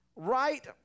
Right